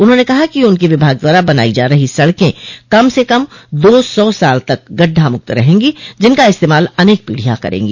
उन्होंने कहा कि उनके विभाग द्वारा बनाई जा रही सड़के कम से कम दो सौ साल तक गड्ढा मुक्त रहेंगी जिनका इस्तेमाल अनेक पीढ़ियां करेंगी